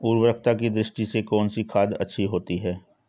उर्वरकता की दृष्टि से कौनसी खाद अच्छी होती है?